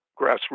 grassroots